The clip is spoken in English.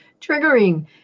triggering